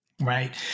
Right